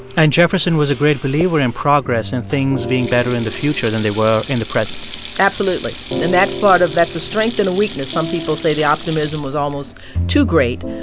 and jefferson was a great believer in progress and things being better in the future than they were in the present absolutely. and that's part of that's a strength and a weakness. some people say the optimism was almost too great.